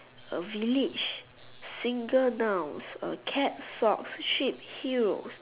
a village single nouns a cat socks sheep heels